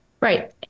Right